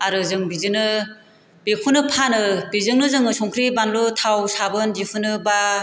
आरो जों बिदिनो बेखौनो फानो बेजोंनो जोङो संख्रि बानलु थाव साबोन दिहुनो बा